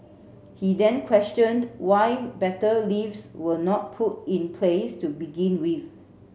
he then questioned why better lifts were not put in place to begin with